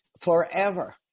Forever